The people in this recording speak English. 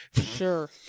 Sure